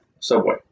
subway